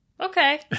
okay